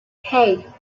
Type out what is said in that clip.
hey